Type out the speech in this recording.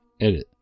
Edit